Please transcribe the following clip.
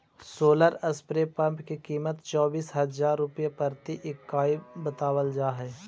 solar spray pump की कीमत चौबीस हज़ार रुपए प्रति इकाई बतावल जा हई